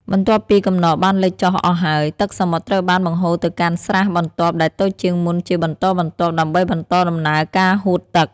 បន្ទាប់ពីកំណកបានលិចចុះអស់ហើយ ទឹកសមុទ្រត្រូវបានបង្ហូរទៅកាន់ស្រះបន្ទាប់ដែលតូចជាងមុនជាបន្តបន្ទាប់ដើម្បីបន្តដំណើរការហួតទឹក។